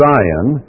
Zion